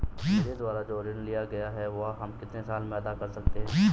मेरे द्वारा जो ऋण लिया गया है वह हम कितने साल में अदा कर सकते हैं?